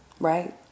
Right